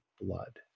blood